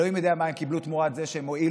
אלוהים יודע מה הם קיבלו תמורת זה שהם הואילו